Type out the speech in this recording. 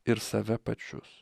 ir save pačius